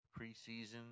preseason